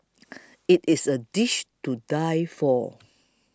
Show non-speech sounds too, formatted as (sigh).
(noise) it is a dish to die for